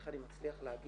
אתה באת